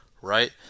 right